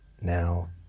now